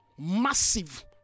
massive